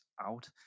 out